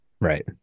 right